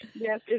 Yes